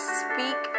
speak